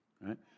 Right